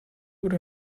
would